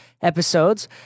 episodes